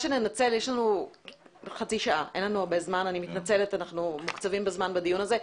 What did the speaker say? יש לנו חצי שעה ואני מתנצלת אבל אנחנו מוקצבים בזמן בדיון הזה,